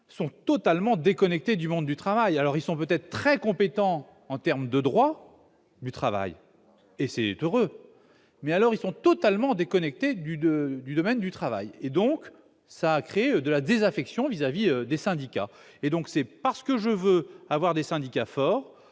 sont totalement déconnectés du monde du travail, alors ils sont peut-être très compétent en terme de droit du travail et c'est heureux, mais alors ils sont totalement déconnectés du de du domaine du travail et donc ça crée de la désaffection vis-à-vis des syndicats et donc c'est parce que je veux avoir des syndicats forts